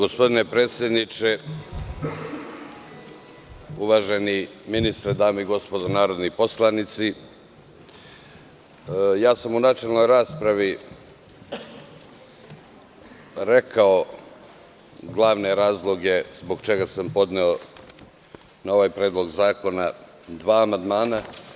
Gospodine predsedniče, uvaženi ministre, dame i gospodo narodni poslanici, ja sam u načelnoj raspravi rekao glavne razloge zbog čega sam podneo na ovaj predlog zakona dva amandmana.